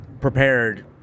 prepared